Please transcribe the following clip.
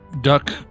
duck